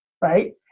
right